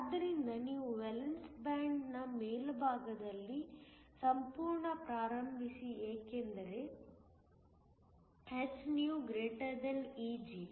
ಆದ್ದರಿಂದ ನೀವು valence band ನ ಮೇಲ್ಭಾಗದಲ್ಲಿ ಸಂಪೂರ್ಣ ಪ್ರಾರಂಭಿಸಿ ಏಕೆಂದರೆ hυ Eg